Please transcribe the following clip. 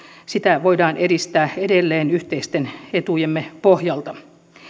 sitä voidaan edistää edelleen yhteisten etujemme pohjalta